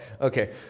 Okay